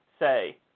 say